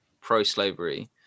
pro-slavery